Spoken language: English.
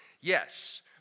yes